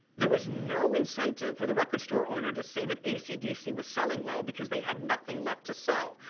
there was no incentive for the record store owner to say that acdc was selling well, because they had nothing left to sell.